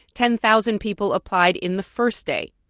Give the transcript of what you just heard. ten thousand people applied in the first day